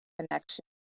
connection